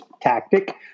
tactic